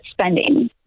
spending